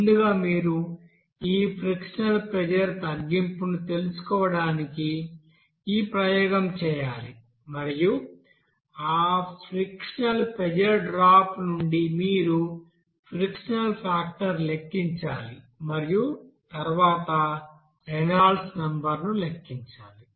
ముందుగా మీరు ఈ ఫ్రిక్షనల్ ప్రెజర్ తగ్గింపును తెలుసుకోవడానికి ఈ ప్రయోగం చేయాలి మరియు ఆ ఫ్రిక్షనల్ ప్రెజర్ డ్రాప్ నుండి మీరు ఫ్రిక్షనల్ ఫాక్టర్ లెక్కించాలి మరియు తర్వాత రేనాల్డ్స్ నెంబర్ను లెక్కించాలి